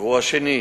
באירוע השני,